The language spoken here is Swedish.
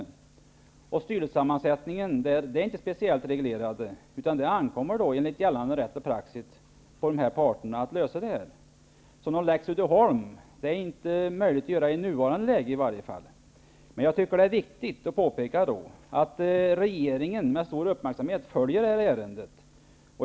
Frågan om styrelsesammansättningen är inte speciellt reglerad, utan det ankommer på parterna att åstadkomma en sammansättning enligt gällande rätt och vedertagen praxis. Någon lex Uddeholm är det därför i nuvarande läge inte möjligt att åstadkomma. Det är viktigt att påpeka att regeringen med stor uppmärksamhet följer detta ärende.